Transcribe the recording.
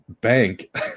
bank